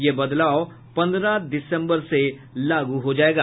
यह बदलाव पन्द्रह दिसम्बर से लागू होगा